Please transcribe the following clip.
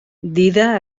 dida